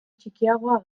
txikiagoa